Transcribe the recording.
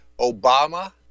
Obama